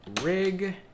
rig